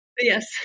Yes